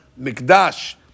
mikdash